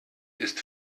ist